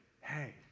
hey